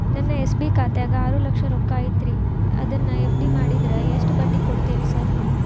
ನನ್ನ ಎಸ್.ಬಿ ಖಾತ್ಯಾಗ ಆರು ಲಕ್ಷ ರೊಕ್ಕ ಐತ್ರಿ ಅದನ್ನ ಎಫ್.ಡಿ ಮಾಡಿದ್ರ ಎಷ್ಟ ಬಡ್ಡಿ ಕೊಡ್ತೇರಿ ಸರ್?